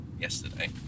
yesterday